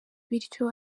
bityo